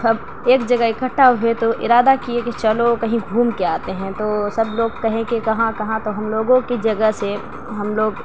سب ایک جگہ اکٹھا ہوئے تو ارادہ کیے کہ چلو کہیں گھوم کے آتے ہیں تو سب لوگ کہیں کہ کہاں کہاں تو ہم لوگوں کی جگہ سے ہم لوگ